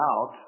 out